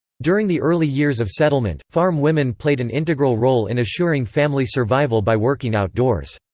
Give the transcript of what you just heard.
during the early years of settlement, farm women played an integral role in assuring family survival by working outdoors.